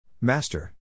Master